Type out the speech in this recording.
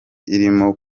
irimo